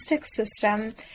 system